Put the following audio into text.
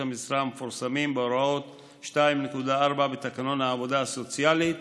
המשרה המפורסמים בהוראה 2.4 בתקנון העבודה הסוציאלית